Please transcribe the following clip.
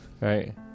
Right